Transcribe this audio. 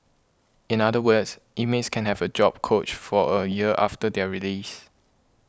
in other words inmates can have a job coach for a year after their release